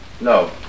No